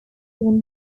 given